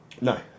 No